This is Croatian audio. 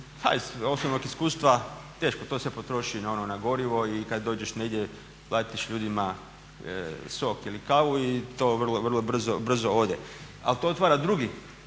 osobnog iskustva teško, to se potroši na gorivo i kad dođeš negdje platiš ljudima sok ili kavu i to vrlo brzo ode. Ali to otvara drugi